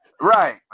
Right